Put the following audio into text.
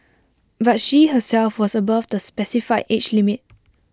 but she herself was above the specified age limit